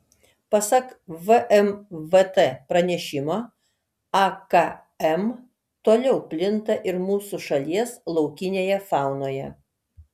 pasak vmvt pranešimo akm toliau plinta ir mūsų šalies laukinėje faunoje